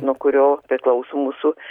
nuo kurio priklauso mūsų